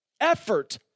effort